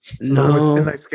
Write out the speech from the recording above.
No